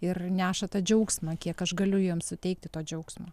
ir neša tą džiaugsmą kiek aš galiu jiems suteikti to džiaugsmo